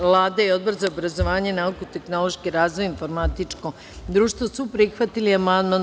Vlada i Odbor za obrazovanje, nauku i tehnološki razvoj i informatičko društvo su prihvatili amandman.